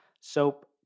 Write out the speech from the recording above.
soap